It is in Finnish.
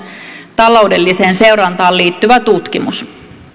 taloudelliseen seurantaan liittyvä tutkimus